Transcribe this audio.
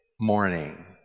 morning